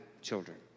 children